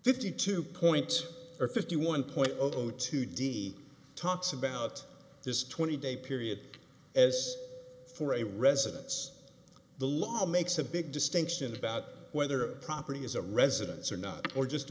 fifty two points or fifty one point zero two d talks about this twenty day period as for a residence the law makes a big distinction about whether property is a residence or not or just